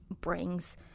brings